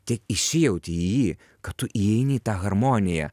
tiek įsijauti į jį kad tu įeini į tą harmoniją